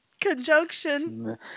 Conjunction